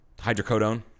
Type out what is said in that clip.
hydrocodone